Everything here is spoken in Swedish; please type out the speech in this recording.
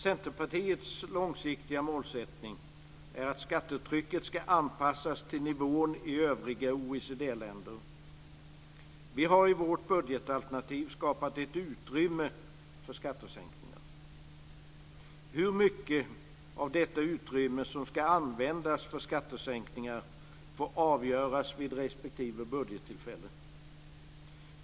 Centerpartiets långsiktiga målsättning är att skattetrycket ska anpassas till nivån i övriga OECD länder. Vi har i vårt budgetalternativ skapat ett utrymme för skattesänkningar. Hur mycket av detta utrymme som ska användas för skattesänkningar får avgöras vid respektive budgettillfälle.